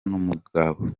n’umugabo